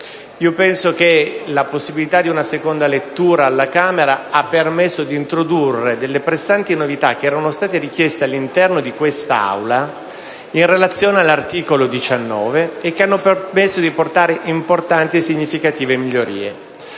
Penso che la possibilità di una seconda lettura alla Camera dei deputati abbia permesso di introdurre delle pressanti novità che erano state richieste all'interno di quest'Aula in relazione all'articolo 19 e che hanno permesso di portare importanti e significative migliorie.